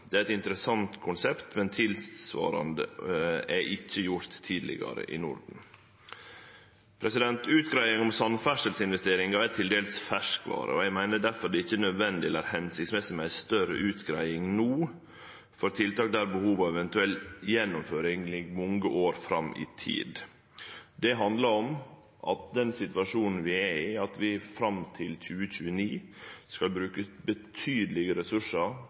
Det er eit interessant konsept, men tilsvarande er ikkje gjort tidlegare i Norden. Utgreiingar om samferdselsinvesteringar er til dels ferskvare, og eg meiner difor det ikkje er nødvendig eller formålstenleg med ei større utgreiing no av tiltak der behovet og ei eventuell gjennomføring ligg mange år fram i tid. Det handlar om den situasjonen vi er i, at vi fram til 2029 skal bruke betydelege ressursar